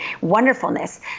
wonderfulness